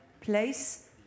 place